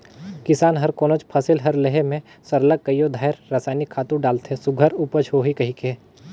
किसान हर कोनोच फसिल कर लेहे में सरलग कइयो धाएर रसइनिक खातू डालथे सुग्घर उपज होही कहिके